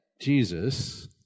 Jesus